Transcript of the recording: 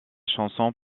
chansons